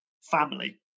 family